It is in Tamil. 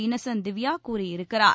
இன்னசன்ட் திவ்யா கூறியிருக்கிறார்